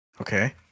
Okay